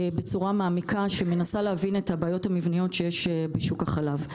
בצורה מעמיקה שמנסה להבין את הבעיות המבניות שיש בשוק החלב.